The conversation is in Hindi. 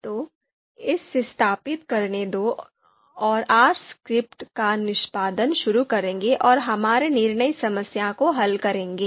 तो इसे स्थापित करने दें और फिर हम R स्क्रिप्ट का निष्पादन शुरू करेंगे और हमारी निर्णय समस्या को हल करेंगे